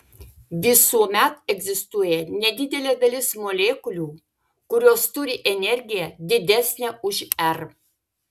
visuomet egzistuoja nedidelė dalis molekulių kurios turi energiją didesnę už r